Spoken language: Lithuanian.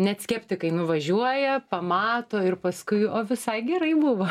net skeptikai nuvažiuoja pamato ir paskui o visai gerai buvo